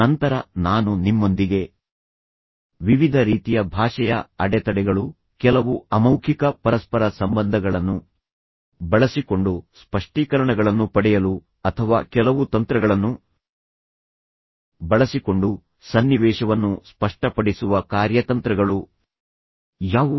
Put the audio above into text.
ನಂತರ ನಾನು ನಿಮ್ಮೊಂದಿಗೆ ವಿವಿಧ ರೀತಿಯ ಭಾಷೆಯ ಅಡೆತಡೆಗಳು ಕೆಲವು ಅಮೌಖಿಕ ಪರಸ್ಪರ ಸಂಬಂಧಗಳನ್ನು ಬಳಸಿಕೊಂಡು ಸ್ಪಷ್ಟೀಕರಣಗಳನ್ನು ಪಡೆಯಲು ಅಥವಾ ಕೆಲವು ತಂತ್ರಗಳನ್ನು ಬಳಸಿಕೊಂಡು ಸನ್ನಿವೇಶವನ್ನು ಸ್ಪಷ್ಟಪಡಿಸುವ ಕಾರ್ಯತಂತ್ರಗಳು ಯಾವುವು